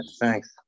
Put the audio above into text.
thanks